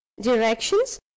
Directions